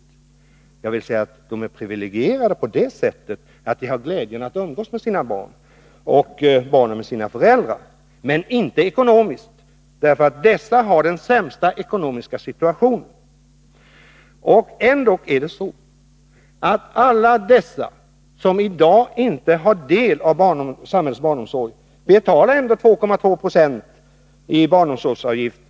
Däremot är ju dessa människor privilegierade på det sättet att föräldrarna har glädjen att umgås med sina barn och barnen med sina föräldrar — men de är inte ekonomiskt privilegierade eftersom de har den sämsta ekonomiska situationen. Ändå betalar dessa människor — som i dag inte har del av samhällets barnomsorg — 2,2 Zo av sin inkomst i barnomsorgsavgift.